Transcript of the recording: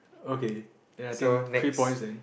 okay then I think three points then